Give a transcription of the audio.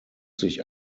sich